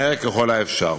מהר ככל האפשר.